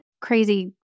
crazy